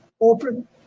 Open